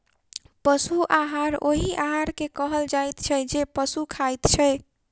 पशु आहार ओहि आहार के कहल जाइत छै जे पशु खाइत छै